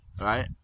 right